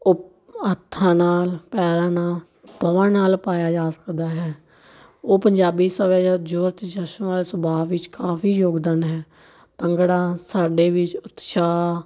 ਉਹ ਹੱਥਾਂ ਨਾਲ ਪੈਰਾਂ ਨਾਲ ਬਾਹਵਾਂ ਨਾਲ ਪਾਇਆ ਜਾ ਸਕਦਾ ਹੈ ਉਹ ਪੰਜਾਬੀ ਸੱਭਿਆਚਾਰ ਸੁਭਾਅ ਵਿੱਚ ਕਾਫੀ ਯੋਗਦਾਨ ਹੈ ਭੰਗੜਾ ਸਾਡੇ ਵਿੱਚ ਉਤਸ਼ਾਹ